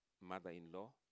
mother-in-law